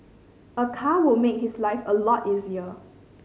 a car will make his life a lot easier